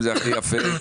יפה,